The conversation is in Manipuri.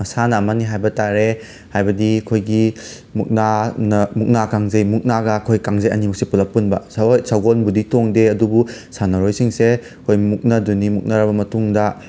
ꯃꯁꯥꯟꯅ ꯑꯃꯅꯤ ꯍꯥꯏꯕ ꯇꯥꯔꯦ ꯍꯥꯏꯕꯗꯤ ꯑꯩꯈꯣꯏꯒꯤ ꯃꯨꯛꯅꯥꯅ ꯃꯨꯛꯅꯥ ꯀꯥꯡꯖꯩ ꯃꯨꯛꯅꯥꯒ ꯑꯩꯈꯣꯏ ꯀꯥꯡꯖꯩꯒ ꯑꯅꯤꯃꯛꯁꯤ ꯄꯨꯜꯂꯞ ꯄꯨꯟꯕ ꯁꯒꯣꯜ ꯁꯒꯣꯟꯕꯨꯗꯤ ꯇꯣꯡꯗꯦ ꯑꯗꯨꯕꯨ ꯁꯥꯟꯅꯔꯣꯏꯁꯤꯡꯁꯦ ꯑꯩꯈꯣꯏ ꯃꯨꯛꯅꯗꯣꯏꯅꯤ ꯃꯨꯛꯅꯔꯕ ꯃꯇꯨꯡꯗ